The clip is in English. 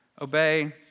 obey